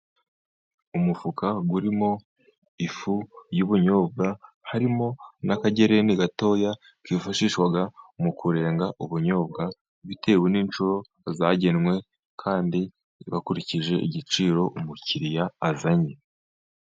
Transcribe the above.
Umufuka urimo ifu y'ubunyobwa, harimo n'akagereni gato, kifashishwa mu kurenga ubunyobwa bitewe n'inshuro zagenwe, kandi zigakurikije igiciro umukiriya azanye.